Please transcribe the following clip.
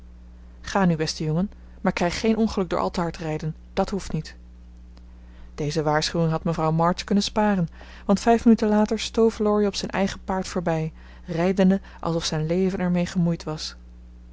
ga nu beste jongen maar krijg geen ongeluk door al te hard rijden dat hoeft niet deze waarschuwing had mevrouw march kunnen sparen want vijf minuten later stoof laurie op zijn eigen paard voorbij rijdende alsof zijn leven er mee gemoeid was